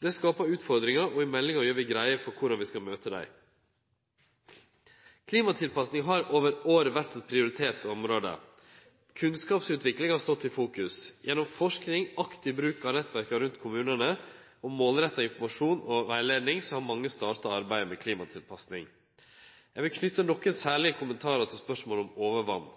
Det skaper utfordringar, og i meldinga gjer vi greie for korleis vi skal møte dei. Klimatilpassing har over år vore ein prioritet på området. Kunnskapsutvikling har stått i fokus. Gjennom forsking, aktiv bruk av nettverka rundt kommunane og målretta informasjon og vegleiing har mange starta arbeidet med klimatilpassing. Eg vil knyte nokre særlege kommentarar til spørsmålet om overvatn.